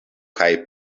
kaj